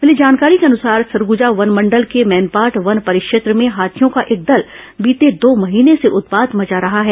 मिली जानकारी के अनुसार सरगुजा वनमंडल के मैनपाट वन परिक्षेत्र में हाथियों का एक दल बीते दो महीने से उत्पात मचा रहा है